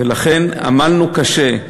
ולכן עמלנו קשה,